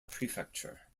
prefecture